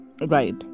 right